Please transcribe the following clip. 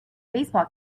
baseball